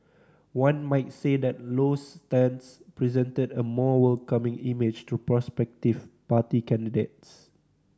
one might say that Low's stance presented a more welcoming image to prospective party candidates